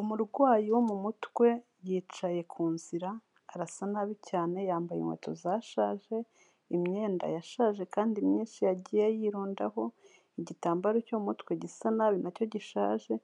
Umurwayi wo mu mutwe yicaye ku nzira, arasa nabi cyane, yambaye inkweto zashaje, imyenda yashaje kandi myinshi yagiye yirundaho, igitambaro cyo mu mutwe gisa nabi na cyo gishaje,